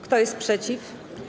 Kto jest przeciw?